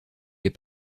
les